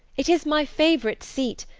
it is my favourite seat,